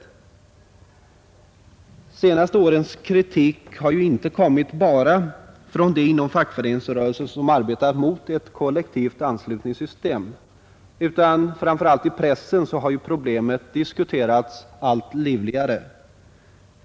De senaste årens kritik har inte kommit bara från dem inom fackföreningsrörelsen som arbetat mot ett kollektivt anslutningssystem, utan framför allt i pressen har problemet diskuterats allt livligare.